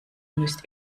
müsst